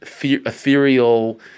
ethereal